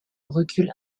recule